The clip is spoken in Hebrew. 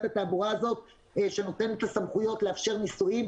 התעבורה הזאת שנותנת את הסמכויות לאפשר ניסויים,